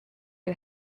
you